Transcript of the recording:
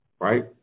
right